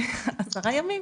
כבר עשרה ימים.